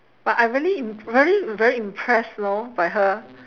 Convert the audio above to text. but I really very very impressed know by her